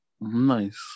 Nice